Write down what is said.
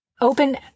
open